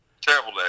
Terrible